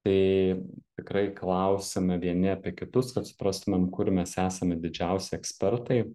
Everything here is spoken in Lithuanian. tai tikrai klausiame vieni apie kitus kad suprastumėm kur mes esame didžiausi ekspertai